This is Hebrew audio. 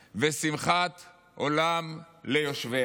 ושמחת עולם ליושביה".